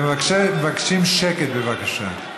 מבקשים שקט, בבקשה.